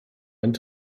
einen